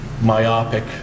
myopic